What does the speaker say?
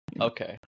Okay